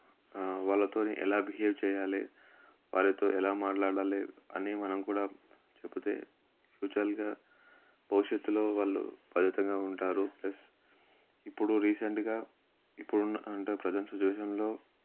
వాళ్ళతో ఎలా బిహేవ్ చెయ్యాలి వారితో ఎలా మాట్లాడాలి అని మనం కూడా చెపితే ఫ్యూచల్గా భవిష్యత్తులో వాళ్ళు పద్ధతిగా ఉంటారు ప్లస్ ఇప్పుడు రీసెంట్గా ఇప్పుడున్న అంటే ప్రజెంట్ సిచువేషన్లో